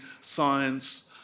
science